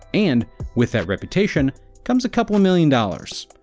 and with that reputation comes a couple million dollars.